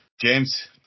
James